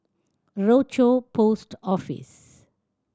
Rochor Post Office